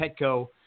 Petco